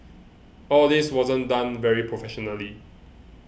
all this wasn't done very professionally